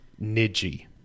Niji